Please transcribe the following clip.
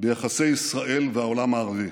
ביחסי ישראל והעולם הערבי: